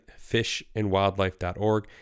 fishandwildlife.org